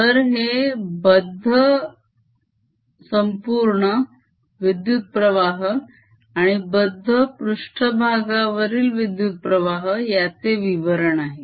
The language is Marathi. तर हे बद्ध संपूर्ण विद्युत्प्रवाह आणि बद्ध पृष्ठभागावरील विद्युत्प्रवाह याचे विवरण आहे